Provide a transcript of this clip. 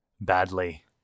badly